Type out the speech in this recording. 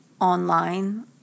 online